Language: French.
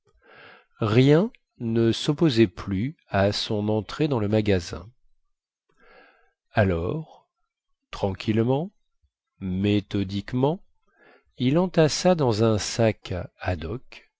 rien ne sopposait plus à son entrée dans le magasin alors tranquillement méthodiquement il entassa dans un sac ad hoc